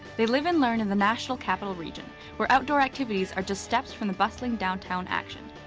they live and learn in the national capital region where outdoor activities are just steps from the bustling downtown action.